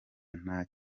nta